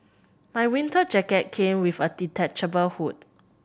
my winter jacket came with a detachable hood